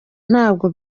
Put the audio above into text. ntabwo